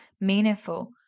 meaningful